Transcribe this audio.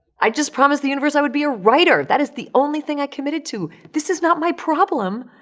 i just promised the universe i would be a writer. that is the only thing i committed to. this is not my problem.